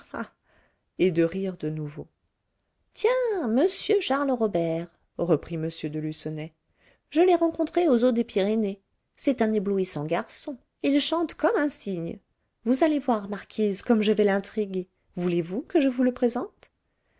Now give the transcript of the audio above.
et de rire de nouveau tiens m charles robert reprit m de lucenay je l'ai rencontré aux eaux des pyrénées c'est un éblouissant garçon il chante comme un cygne vous allez voir marquise comme je vais l'intriguer voulez-vous que je vous le présente